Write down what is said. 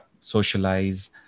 socialize